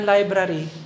Library